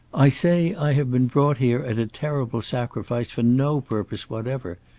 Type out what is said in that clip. i say i have been brought here at a terrible sacrifice for no purpose whatever.